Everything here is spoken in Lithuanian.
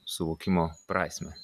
suvokimo prasmę